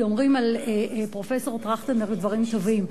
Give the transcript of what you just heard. אומרים על פרופסור טרכטנברג דברים טובים,